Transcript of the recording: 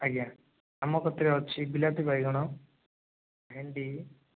ଆଜ୍ଞା ଆମ କତିରେ ଅଛି ବିଲାତି ବାଇଗଣ ଭେଣ୍ଡି